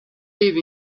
live